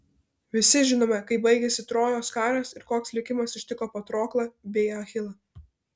visi žinome kaip baigėsi trojos karas ir koks likimas ištiko patroklą bei achilą